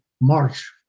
march